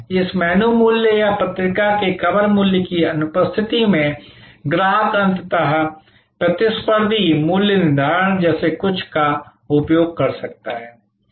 इस मेनू मूल्य या पत्रिका के कवर मूल्य की अनुपस्थिति में ग्राहक अंततः प्रतिस्पर्धी मूल्य निर्धारण जैसे कुछ का उपयोग कर सकता है